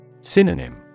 Synonym